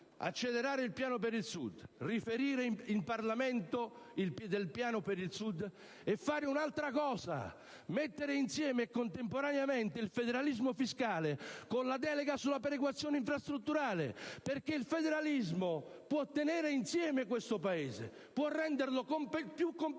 accelerare il Piano per il Sud, riferire in Parlamento del Piano per il Sud e fare un'altra cosa: mettere insieme contemporaneamente il federalismo fiscale con la delega sulla perequazione infrastrutturale, perché il federalismo può tenere insieme questo Paese, può renderlo più competitivo,